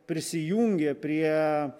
prisijungė prie